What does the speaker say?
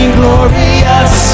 glorious